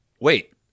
wait